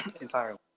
entirely